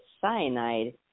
cyanide